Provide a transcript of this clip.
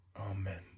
Amen